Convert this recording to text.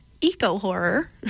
eco-horror